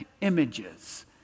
images